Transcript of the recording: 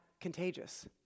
contagious